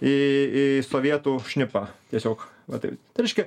į į sovietų šnipą tiesiog va taip tai reiškia